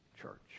church